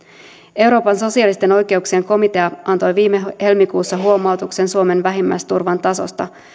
euroopan sosiaalisten oikeuksien komitea antoi viime helmikuussa huomautuksen suomen vähimmäisturvan tasosta